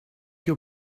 your